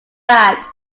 back